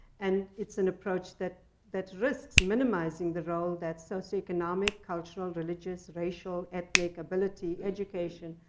and it's an approach that that risks minimizing the role that socioeconomic, cultural, religious, racial, ethnic, ability, education,